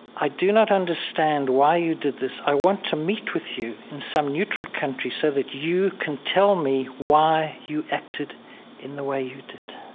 i do not understand why you did this. i want to meet with you in some neutral country so that you can tell me why you acted in the way you did.